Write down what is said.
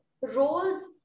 roles